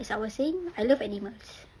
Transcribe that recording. as I was saying I love animals